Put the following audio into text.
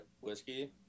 Whiskey